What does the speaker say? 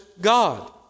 God